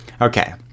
Okay